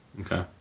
Okay